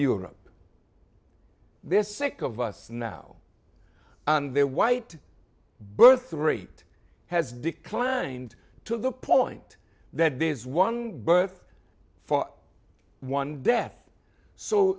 europe they're sick of us now and their white birth rate has declined to the point that there is one birth for one death so